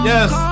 Yes